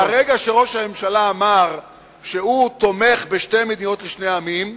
מהרגע שראש הממשלה אמר שהוא תומך בשתי מדינות לשני עמים,